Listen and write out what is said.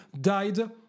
died